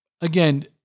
again